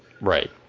right